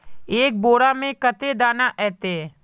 एक बोड़ा में कते दाना ऐते?